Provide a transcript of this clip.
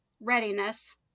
readiness